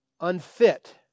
unfit